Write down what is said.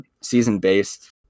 season-based